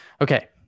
Okay